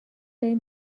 داریم